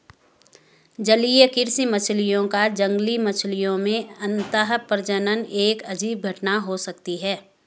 जलीय कृषि मछलियों का जंगली मछलियों में अंतःप्रजनन एक अजीब घटना हो सकती है